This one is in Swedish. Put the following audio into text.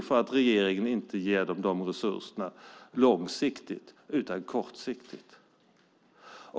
För att regeringen inte ger resurser långsiktigt, utan kortsiktigt.